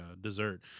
dessert